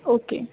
okay